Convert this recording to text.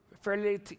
fairly